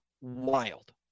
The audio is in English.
wild